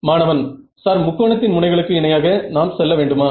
மாணவன் சார் முக்கோணத்தின் முனைகளுக்கு இணையாக நாம் செல்ல வேண்டுமா